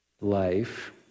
life